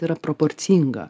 yra proporcinga